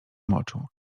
moczu